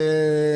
היום.